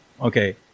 Okay